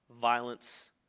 violence